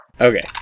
Okay